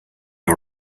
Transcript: all